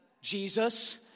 Jesus